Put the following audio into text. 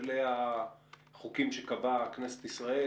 אלה החוקים שקבעה כנסת ישראל,